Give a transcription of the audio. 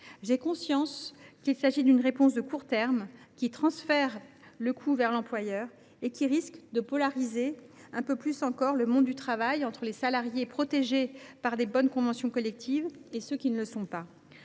J’ai conscience qu’il s’agit d’une réponse de court terme, qui transfère le coût vers l’employeur et qui risque de polariser un peu plus encore le monde du travail, entre les salariés qui sont protégés par de bonnes conventions collectives et ceux qui ne le sont pas.